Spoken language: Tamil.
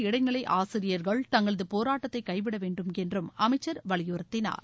இடைநிலை ஆசிரியர்கள் தங்களது போராட்டத்தை கைவிட வேண்டும் என்றும் அமைச்சர் வலியுறுத்தினார்